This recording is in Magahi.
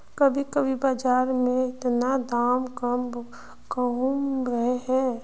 कभी कभी बाजार में इतना दाम कम कहुम रहे है?